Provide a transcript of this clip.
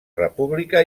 república